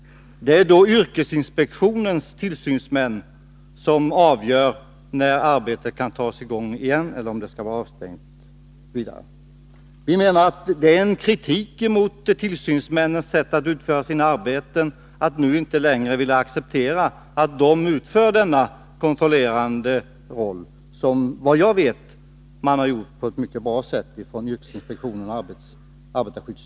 Det är då yrkesinspektionens tillsynsmän som avgör när arbetet skall sättas i gång igen. Utskottet anser att det vore att kritisera tillsynsmännens sätt att utföra sitt arbete om man inte längre ville acceptera att de handhar denna kontrolluppgift. Vad jag vet har yrkesinspektionen och arbetarskyddsstyrelsen skött denna uppgift på ett mycket bra sätt.